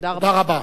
תודה רבה.